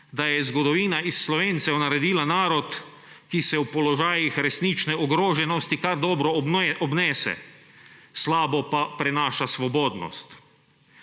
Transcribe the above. da je zgodovina iz Slovencev naredila narod, ki se v položajih resnične ogroženosti kar dobro obnese, slabo pa prenaša svobodnost.